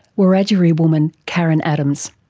wiradjuri woman karen adams.